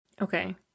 Okay